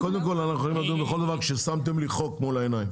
קודם כל אנחנו יכולים לדון בכל דבר כששמתם לי חוק מול העיניים.